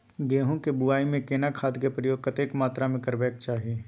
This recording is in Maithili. गेहूं के बुआई में केना खाद के प्रयोग कतेक मात्रा में करबैक चाही?